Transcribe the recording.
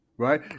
right